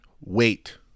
wait